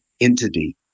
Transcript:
entity